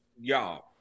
y'all